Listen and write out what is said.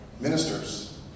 ministers